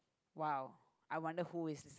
(wow) I wonder who is